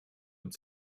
und